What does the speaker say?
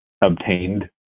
obtained